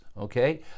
okay